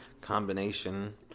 combination